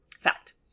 Fact